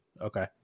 okay